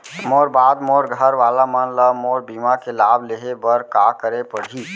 मोर बाद मोर घर वाला मन ला मोर बीमा के लाभ लेहे बर का करे पड़ही?